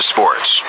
Sports